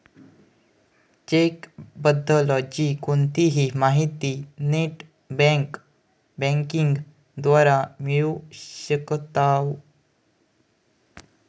check बद्दल ची कोणतीही माहिती नेट बँकिंग द्वारा मिळू शकताव